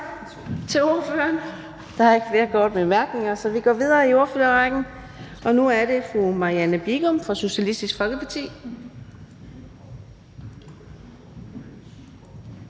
til ordføreren. Der er ikke flere korte bemærkninger, så vi går videre i ordførerrækken. Nu er det fru Marianne Bigum fra Socialistisk Folkeparti.